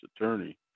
attorney